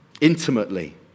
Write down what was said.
Intimately